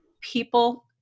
People